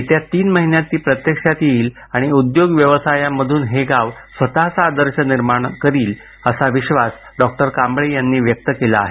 येत्या तीन महिन्यांत ती प्रत्यक्षात येईल आणि उद्योग व्यवसायांतुन हे गाव स्वतःचा आदर्श उभा करील असा विश्वास डॉक्टर कांबळे यांनी व्यक्त केला आहे